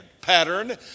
pattern